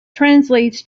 translates